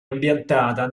ambientata